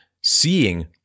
seeing